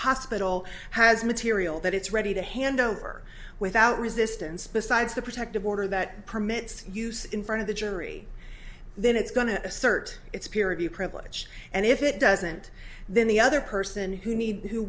hospital has material that it's ready to hand over without resistance besides the protective order that permits use in front of the jury then it's going to assert its purity privilege and if it doesn't then the other person who needs who